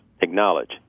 acknowledge